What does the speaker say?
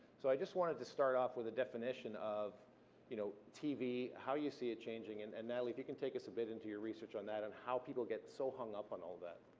so i just wanted to start off with a definition of you know tv, how you see it changing, and and natalie, if you could take us a bit into your research on that, and how people will get so hung up on all that.